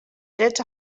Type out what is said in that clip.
drets